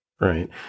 right